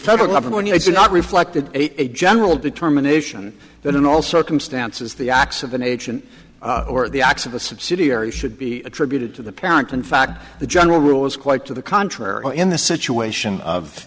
federal government i do not reflected a general determination that in all circumstances the acts of an agent or the acts of a subsidiary should be attributed to the parent in fact the general rule is quite to the contrary in the situation of